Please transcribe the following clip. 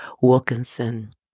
Wilkinson